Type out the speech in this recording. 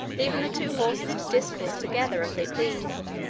leaving the two horses to discourse together as they pleased.